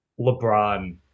LeBron